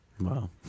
Wow